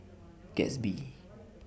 Gatsby